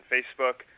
Facebook